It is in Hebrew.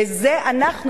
לזה אנחנו,